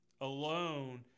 Alone